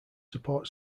support